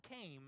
came